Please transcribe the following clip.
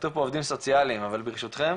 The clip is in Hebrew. כתוב פה עובדים סוציאליים, אבל ברשותכם.